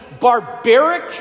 barbaric